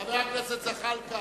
הכנסת זחאלקה,